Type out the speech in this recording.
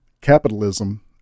Capitalism